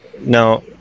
Now